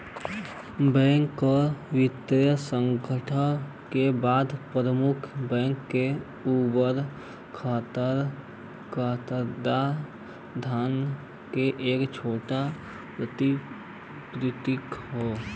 bank कर वित्तीय संकट के बाद प्रमुख बैंक के उबारे खातिर करदाता धन क एक छोटा प्रतिपूर्ति हौ